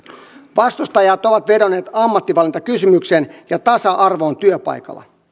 vastustajat ovat vedonneet ammattivalintakysymykseen ja tasa arvoon työpaikalla